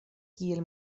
kiel